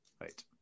Right